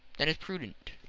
than is prudent